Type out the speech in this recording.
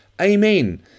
Amen